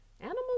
Animals